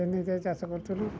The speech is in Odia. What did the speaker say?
ନିଜେ ଚାଷ କରୁଥିଲୁ